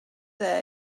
dda